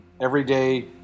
everyday